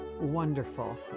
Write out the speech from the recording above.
wonderful